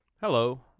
Hello